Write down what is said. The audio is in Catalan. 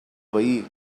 veí